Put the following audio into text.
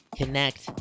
connect